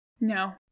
No